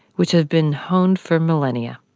which have been honed for millennia.